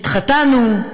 התחתנו,